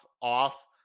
off